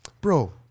Bro